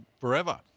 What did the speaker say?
forever